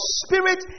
spirit